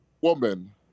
woman